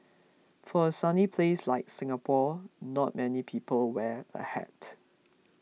for a sunny place like Singapore not many people wear a hat